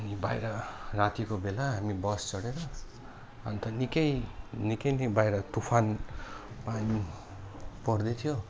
अनि बाहिर रातिको बेला हामी बस चढेर अन्त निकै निकै नै बाहिर तुफान पानी पर्दैथ्यो